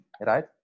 right